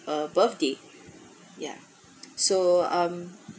a birthday yeah so um